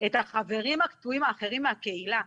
את החברים הקטועים האחרים מהקהילה,